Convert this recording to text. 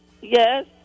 Yes